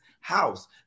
house